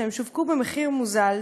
ששווקו במחיר מוזל,